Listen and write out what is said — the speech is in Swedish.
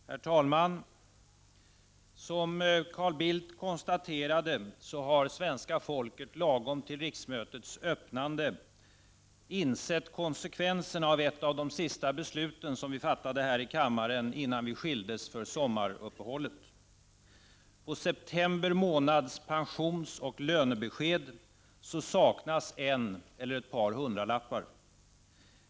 Herr talman! Som Carl Bildt har konstaterat har svenska folket lagom till riksmötets öppnande insett konsekvenserna av ett av de sista beslut som vi fattade i den här kammaren innan vi åtskildes för sommaruppehåll. På september månads pensionsoch lönebesked saknas en eller ett par hundralappar.